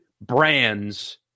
brands